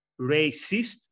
racist